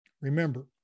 Remember